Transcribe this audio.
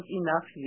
enough